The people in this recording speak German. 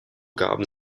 gaben